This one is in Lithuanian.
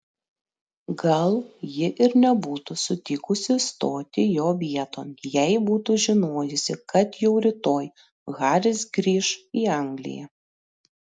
gal ji ir nebūtų sutikusi stoti jo vieton jei būtų žinojusi kad jau rytoj haris grįš į angliją